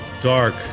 dark